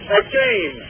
again